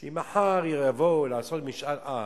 שאם מחר יבואו לעשות משאל עם